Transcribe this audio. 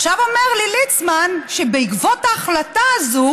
עכשיו אומר לי ליצמן שבעקבות ההחלטה הזו